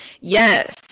Yes